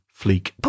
Fleek